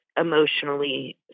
emotionally